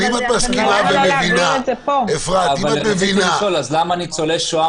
אז למה ניצולי שואה